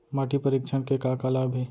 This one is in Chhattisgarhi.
माटी परीक्षण के का का लाभ हे?